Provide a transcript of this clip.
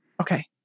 okay